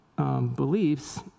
Beliefs